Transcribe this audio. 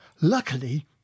Luckily